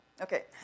Okay